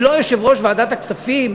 אני לא יושב-ראש ועדת הכספים,